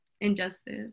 injustice